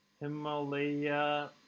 Himalaya